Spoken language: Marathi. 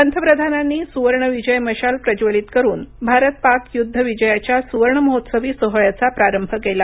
पंतप्रधानांनी सुवर्ण विजय मशाल प्रज्वलित करून भारत पाक युद्ध विजयाच्या सुवर्ण महोत्सवी सोहळ्याचा प्रारंभ केला